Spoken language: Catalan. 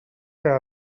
que